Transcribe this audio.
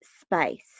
space